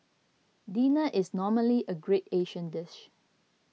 dinner is normally a great Asian dish